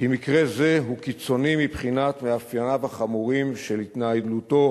כי מקרה זה הוא קיצוני מבחינת מאפייניה החמורים של התנהלותו